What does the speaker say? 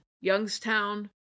Youngstown